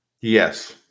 Yes